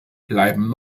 bleiben